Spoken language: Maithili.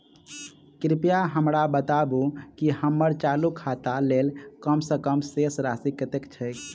कृपया हमरा बताबू की हम्मर चालू खाता लेल कम सँ कम शेष राशि कतेक छै?